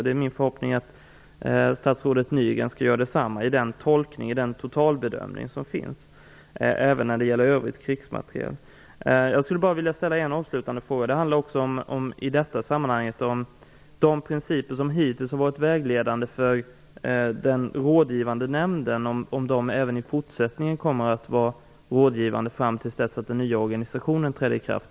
Det är min förhoppning att statsrådet Nygrens linje skall vara densamma i fråga om tolkningen och totalbedömningen även när det gäller övrig krigsmateriel. Jag vill ställa en avslutande fråga om huruvida de principer som hittills varit vägledande för den rådgivande nämnden, dvs. konsensusprincipen, kommer att vara rådgivande fram till dess att den nya organisationen träder i kraft.